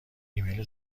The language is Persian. ریمیل